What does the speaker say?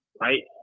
right